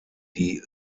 die